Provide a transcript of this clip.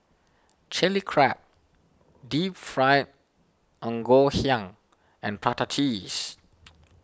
Chilli Crab Deep Fried Ngoh Hiang and Prata Cheese